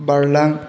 बारलां